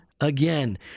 again